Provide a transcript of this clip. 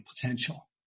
potential